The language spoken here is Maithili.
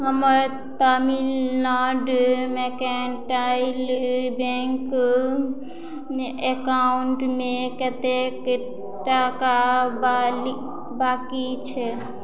हमर तमिलनाडु मेर्केंटाइल बैंक एकाउंटमे कतेक टका बाकि छै